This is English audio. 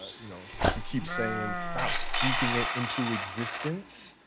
you know, she keeps saying stop speaking it into existence.